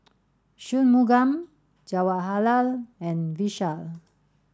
Shunmugam Jawaharlal and Vishal